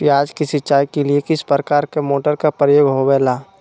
प्याज के सिंचाई के लिए किस प्रकार के मोटर का प्रयोग होवेला?